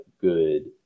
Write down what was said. good